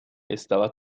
estaba